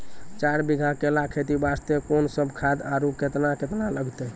चार बीघा केला खेती वास्ते कोंन सब खाद आरु केतना केतना लगतै?